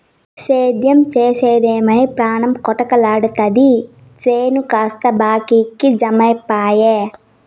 సేద్దెం సేద్దెమని పాణం కొటకలాడతాది చేను కాస్త బాకీకి జమైపాయె